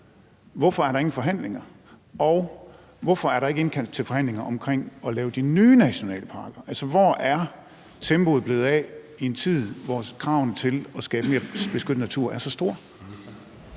hvorfor er der ingen forhandlinger? Og hvorfor er der ikke indkaldt til forhandlinger om at lave de nye nationalparker? Altså, hvor er tempoet blevet af i en tid, hvor kravene om at skabe mere beskyttet natur er så store?